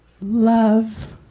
love